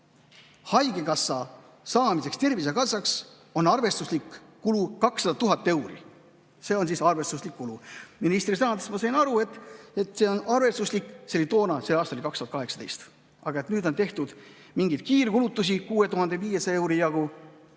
… haigekassa tervisekassaks saamise arvestuslik kulu on 200 000 eurot. See on arvestuslik kulu. Ministri sõnadest ma sain aru, et see on arvestuslik, see oli toona, aasta oli 2018, aga nüüd on tehtud mingeid kiirkulutusi 6500 euri jagu.